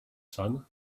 son